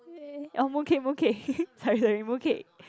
orh mooncake mooncake sorry sorry mooncake